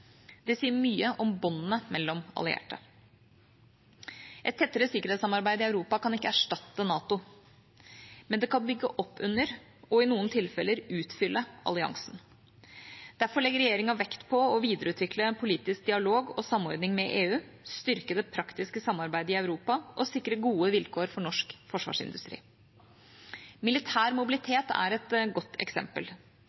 Det sier mye om båndene mellom allierte. Et tettere sikkerhetssamarbeid i Europa kan ikke erstatte NATO, men det kan bygge opp under – og i noen tilfeller utfylle – alliansen. Derfor legger regjeringa vekt på å videreutvikle politisk dialog og samordning med EU, styrke det praktiske samarbeidet i Europa og sikre gode vilkår for norsk forsvarsindustri. Militær